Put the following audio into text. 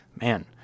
Man